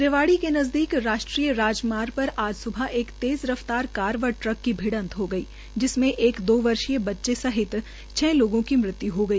रेवाड़ी के नजदीक राष्ट्रीय राजमार्ग पर आज स्बह एक तेज़ र फ्तार कार व भिड़त हो गई जिसमें एक दो वर्षीय बच्चे सहित छ लोगों की मृत्य् हो गई